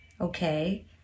Okay